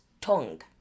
tongue